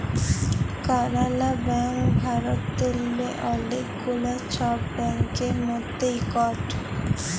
কালাড়া ব্যাংক ভারতেল্লে অলেক গুলা ছব ব্যাংকের মধ্যে ইকট